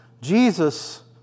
Jesus